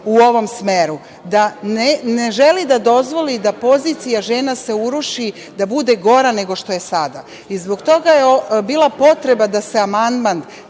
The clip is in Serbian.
u ovom smeru, da ne želi da dozvoli da pozicija žena se uruši, da bude gora nego što je sada. Zbog toga je bila potreba da se amandman